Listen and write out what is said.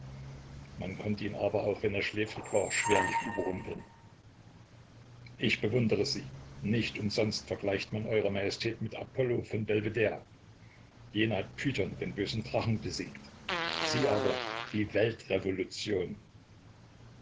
man konnte ihn aber auch wenn er schläfrig war schwerlich überrumpeln ich bewundere sie nicht umsonst vergleicht man eure majestät mit apollo von belvedere jener hat python den bösen drachen besiegt sie aber die weltrevolution